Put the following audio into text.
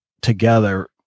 together